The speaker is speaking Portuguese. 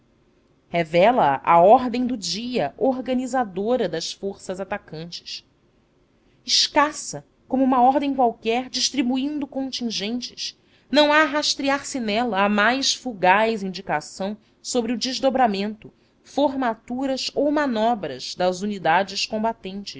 revela-se a ordem do dia organizadora das forças atacantes escassa como uma ordem qualquer distribuindo contingentes não há rastrear se nela a mais fugaz indicação sobre o desdobramento formaturas ou manobras das unidades combatentes